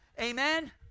Amen